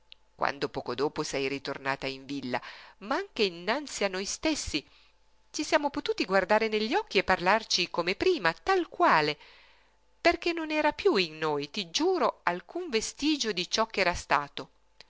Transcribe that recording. quando poco dopo sei ritornata in villa ma anche innanzi a noi stessi ci siamo potuti guardare negli occhi e parlarci come prima tal quale perché non era piú in noi ti giuro alcun vestigio di ciò ch'era stato